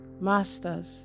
masters